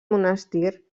monestir